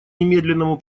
немедленному